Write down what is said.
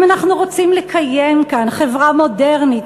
אם אנחנו רוצים לקיים כאן חברה מודרנית,